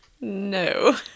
No